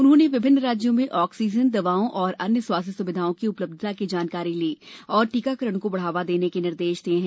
उन्होंने विभिन्न राज्यों में ऑक्सीजन दवाओं और अन्य स्वास्थ्य सुविधाओं की उपलब्धता की जानकारी ली और टीकाकरण को बढ़ावा देने के निर्देश दिये हैं